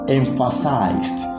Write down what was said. emphasized